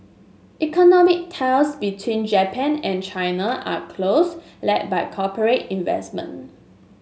economic ties between Japan and China are close led by corporate investment